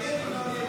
הסתייגות 198 לא